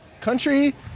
country